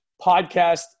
podcast